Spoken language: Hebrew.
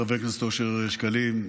חבר הכנסת אושר שקלים,